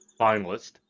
finalist